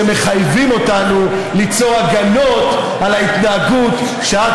שמחייבים אותנו ליצור הגנות על ההתנהגות שאת